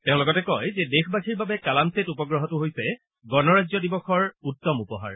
তেওঁ লগতে কয় যে দেশৱাসীৰ বাবে কালামছেট উপগ্ৰহটো হৈছে গণৰাজ্য দিৱসৰ উত্তম উপহাৰ